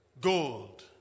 gold